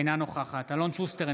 אינה נוכחת אלון שוסטר,